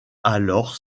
alors